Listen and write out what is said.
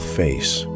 face